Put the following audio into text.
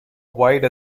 wide